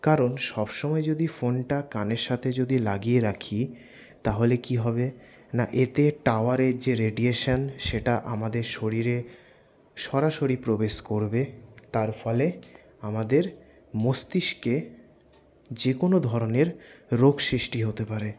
কারণ সবসময় যদি ফোনটা কানের সাথে যদি লাগিয়ে রাখি তাহলে কি হবে না এতে টাওয়ারের যে রেডিয়েশন সেটা আমাদের শরীরে সরাসরি প্রবেশ করবে তার ফলে আমাদের মস্তিষ্কে যেকোনো ধরনের রোগ সৃষ্টি হতে পারে